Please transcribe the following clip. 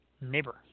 neighbor